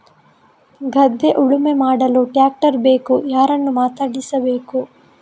ಗದ್ಧೆ ಉಳುಮೆ ಮಾಡಲು ಟ್ರ್ಯಾಕ್ಟರ್ ಬೇಕು ಯಾರನ್ನು ಮಾತಾಡಿಸಬೇಕು?